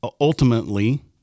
ultimately